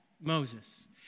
Moses